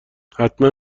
حتما